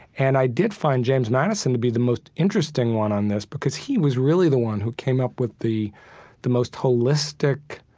and i did find james madison to be the most interesting one on this because he was really the one who came up with the the most holistic,